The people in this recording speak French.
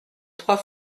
trois